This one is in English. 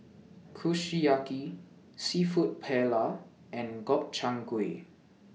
Kushiyaki Seafood Paella and Gobchang Gui